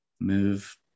move